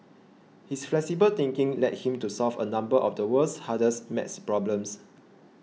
his flexible thinking led him to solve a number of the world's hardest math problems